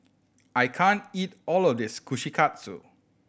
I can't eat all of this Kushikatsu